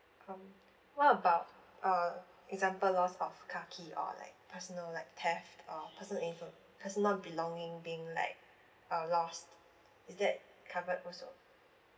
um what about uh example loss of car key or like personal like theft or personal info personal belonging being like uh lost is that covered also